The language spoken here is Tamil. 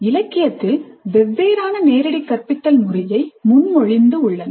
இலக்கியத்தில் வெவ்வேறான நேரடி கற்பித்தல் முறையை முன்மொழிந்து உள்ளனர்